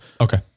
Okay